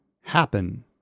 happen